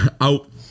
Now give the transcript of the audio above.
Out